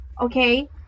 Okay